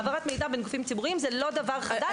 העברת מידע בין גופים ציבוריים זה לא דבר חדש.